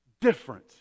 different